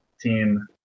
team